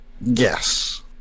Yes